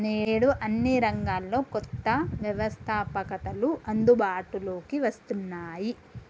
నేడు అన్ని రంగాల్లో కొత్త వ్యవస్తాపకతలు అందుబాటులోకి వస్తున్నాయి